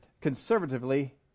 conservatively